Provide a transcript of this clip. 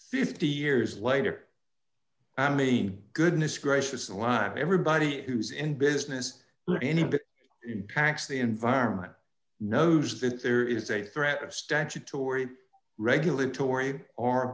fifty years later i mean goodness gracious a lime everybody who's in business and anybody packs the environment knows that there is a threat of statutory regulatory our